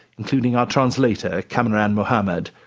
including our translator, kamran mohammed.